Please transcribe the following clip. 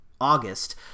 August